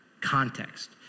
context